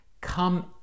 come